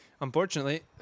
Unfortunately